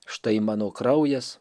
štai mano kraujas